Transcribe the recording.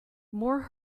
more